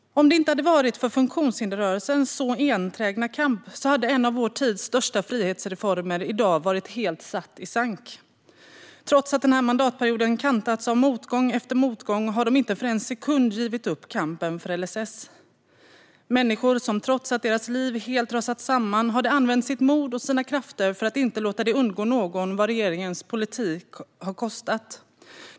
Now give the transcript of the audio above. Om det inte hade varit för funktionshinderrörelsens enträgna kamp hade en av vår tids största frihetsreformer i dag varit helt skjuten i sank. Trots att denna mandatperiod kantats av motgång efter motgång har de inte för en sekund givit upp kampen för LSS. Trots att deras liv helt rasat samman har dessa människor använt sitt mod och sina krafter för att inte låta det undgå någon vad regeringens politik har kostat.